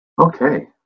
Okay